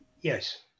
Yes